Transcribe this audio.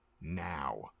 now